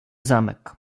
zamek